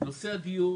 נושא הדיור